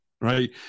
right